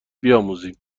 بیاموزیم